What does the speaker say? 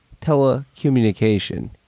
telecommunication